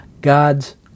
God's